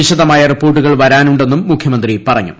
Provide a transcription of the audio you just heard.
വിശദമായ റിപ്പോർട്ടുകൾ വരാനുണ്ടെന്നും മുഖ്യമന്ത്രി പറഞ്ഞു